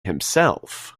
himself